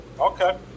Okay